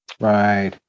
Right